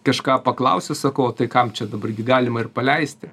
kažką paklausė sakau o tai kam čia dabar gi galima ir paleisti